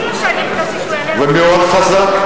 הוא מאוד חזק.